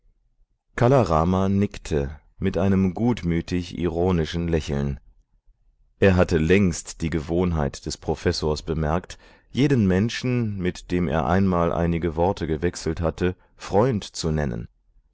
kala rama nickte mit einem gutmütig ironischen lächeln er hatte längst die gewohnheit des professors bemerkt jeden menschen mit dem er einmal einige worte gewechselt hatte freund zu nennen